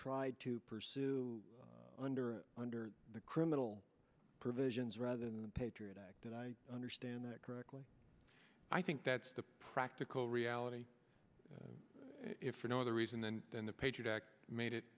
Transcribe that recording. try to pursue under under the criminal provisions rather than the patriot act that i understand that correctly i think that's the practical reality if for no other reason than than the patriot act made it